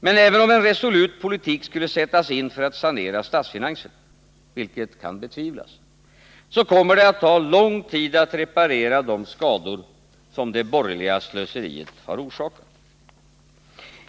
Men även om man skulle sätta in en resolut politik för att sanera statsfinanserna — vilket kan betvivlas — kommer det att ta lång tid att reparera de skador som det borgerliga slöseriet har orsakat.